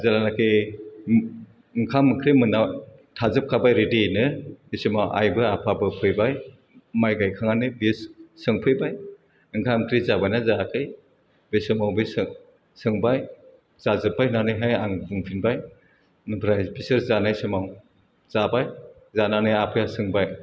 जेलानाखि ओंखाम ओंख्रि मोननाव थाजोबखाबाय रिडिनो बे समाव आइबो आफाबो फैबाय माय गायखांनानै बे सोंफैबाय ओंखाम ओंख्रि जाबायना जायाखै बे समाव बे सो सोंबाय जाजोब्बाय होन्नानैहाय आं बुंफिनबाय आमफ्राय फिसोर जानाय समाव जाबाय जानानै आफाया सोंबाय